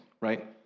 right